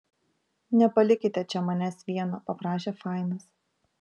nepalikite čia manęs vieno paprašė fainas